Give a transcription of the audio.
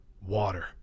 water